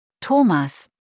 Thomas